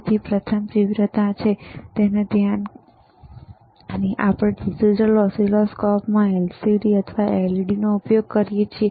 તેથી પ્રથમ છે તીવ્રતા અને ધ્યાન કારણ કે આપણે ડિજિટલ ઓસિલોસ્કોપમાં LCD અથવા LED નો ઉપયોગ કરીએ છીએ